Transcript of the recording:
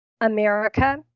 America